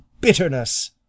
bitterness